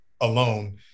alone